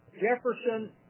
Jefferson